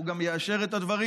והוא גם יאשר את הדברים,